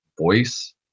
voice